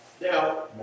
Now